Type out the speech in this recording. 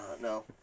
no